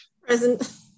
Present